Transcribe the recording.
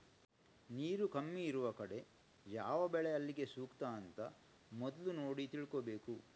ನೀರು ಕಮ್ಮಿ ಇರುವ ಕಡೆ ಯಾವ ಬೆಳೆ ಅಲ್ಲಿಗೆ ಸೂಕ್ತ ಅಂತ ಮೊದ್ಲು ನೋಡಿ ತಿಳ್ಕೋಬೇಕು